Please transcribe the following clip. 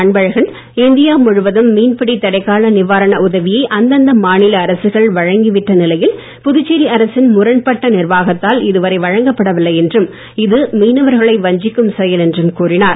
Anbazhagan India முழுவதும் மீன்பிடி தடைக்கால நிவாரண உதவியை அந்தந்த மாநில அரசுகள் வழங்கிவிட்ட நிலையில் புதுச்சேரி அரசின் முரண்பட்ட நிர்வாகத்தால் இதுவரை வழங்கப்படவில்லை என்றும் இது மீனவர்களை வஞ்சிக்கும் செயல் என்றும் கூறினார்